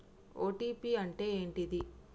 OTP అంటే ఏంటిది?